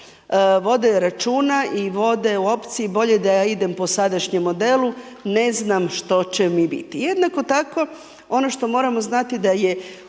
vode računa i vode u opciji bolje da ja idem po sadašnjem modelu, ne znam što će mi biti. Jednako tako ono što moramo znati da je